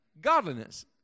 Godliness